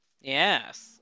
Yes